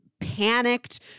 panicked